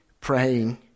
praying